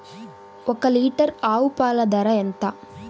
ఒక్క లీటర్ ఆవు పాల ధర ఎంత?